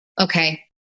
okay